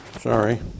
Sorry